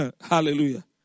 Hallelujah